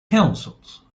councils